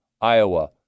Iowa